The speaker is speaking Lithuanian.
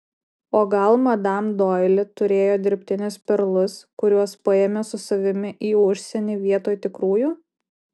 o gal madam doili turėjo dirbtinius perlus kuriuos paėmė su savimi į užsienį vietoj tikrųjų